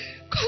Come